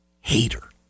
hater